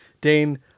Dane